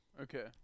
Okay